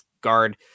guard